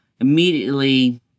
immediately